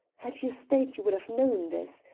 had you stayed you would have known this.